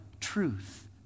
truth